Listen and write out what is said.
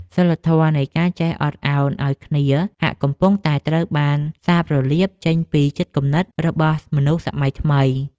សីលធម៌នៃការចេះអត់ឱនឱ្យគ្នាហាក់កំពុងតែត្រូវបានសាបរលាបចេញពីចិត្តគំនិតរបស់មនុស្សសម័យថ្មី។